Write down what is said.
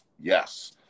Yes